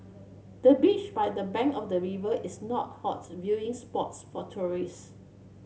the bench by the bank of the river is not hot viewing spots for tourists